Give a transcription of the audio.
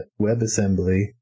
WebAssembly